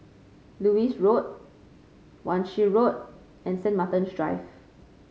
Lewis Road Wan Shih Road and Saint Martin's Drive